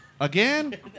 Again